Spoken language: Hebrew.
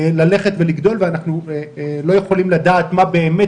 ללכת ולגדול ואנחנו לא יכולים לדעת מה באמת